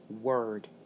word